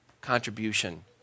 contribution